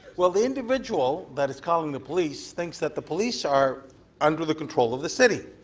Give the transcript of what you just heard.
well, the individual that is calling the police thinks that the police are under the control of the city.